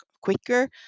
quicker